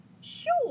Sure